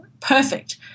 perfect